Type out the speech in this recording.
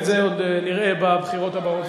את זה עוד נראה בבחירות הבאות.